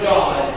God